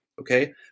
Okay